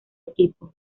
equipo